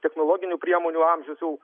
technologinių priemonių amžius jau